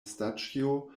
staĉjo